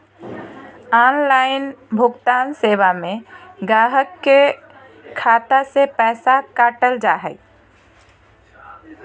online भुगतान सेवा में गाहक के खाता से पैसा काटल जा हइ